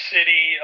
City